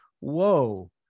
Whoa